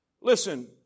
Listen